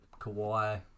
Kawhi